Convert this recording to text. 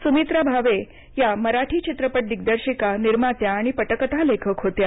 सुमित्रा भावे या मराठी चित्रपट दिग्दर्शिका निर्मात्या आणि पटकथालेखक होत्या